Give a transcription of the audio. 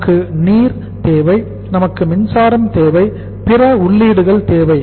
நமக்கு நீர் தேவை நமக்கு மின்சாரம் தேவை பிற உள்ளீடுகள் தேவை